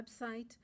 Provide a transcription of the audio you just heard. website